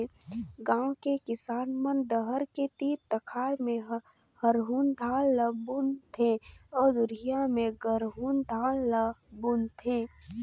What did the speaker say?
गांव के किसान मन डहर के तीर तखार में हरहून धान ल बुन थें अउ दूरिहा में गरहून धान ल बून थे